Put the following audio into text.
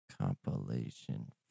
Compilation